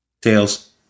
Tails